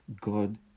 God